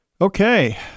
Okay